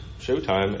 showtime